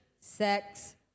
Sex